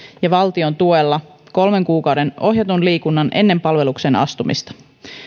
ja valtion tuella kolmen kuukauden ohjatun liikunnan ennen palvelukseen astumista